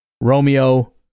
Romeo